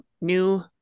new